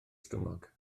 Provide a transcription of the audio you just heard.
stumog